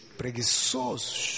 preguiçosos